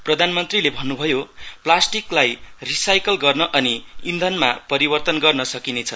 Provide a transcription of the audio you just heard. प्रधानमन्त्रीले भन्नुभयो प्लास्टिकलाई रिसाइकल गर्न अनि ईन्धनमा परिवर्तन गर्न सकिनेछ